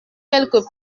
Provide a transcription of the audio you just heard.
quelques